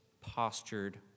postured